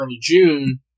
June